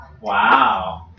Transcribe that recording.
Wow